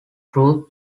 truth